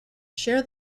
share